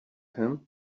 him